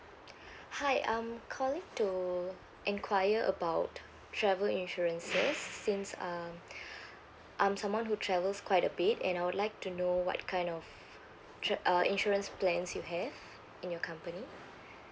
hi um calling to inquire about travel insurance yes since um I'm someone who travels quite a bit and I would like to know what kind of trip uh insurance plans you have in your company